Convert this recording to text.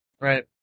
right